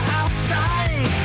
outside